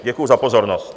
Děkuji za pozornost.